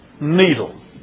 needle